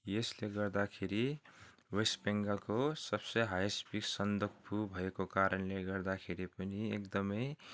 यसले गर्दाखेरि वेस्ट बेङ्गालको सबसे हाइयेस्ट पिक सन्दकपू भएको कारणले गर्दाखेरि पनि एकदमै